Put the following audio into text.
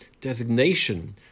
designation